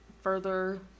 further